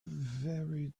very